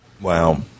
Wow